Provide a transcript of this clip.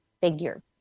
figure